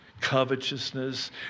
covetousness